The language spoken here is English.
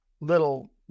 little